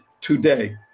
today